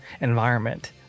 environment